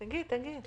תגיד, תגיד.